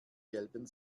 gelben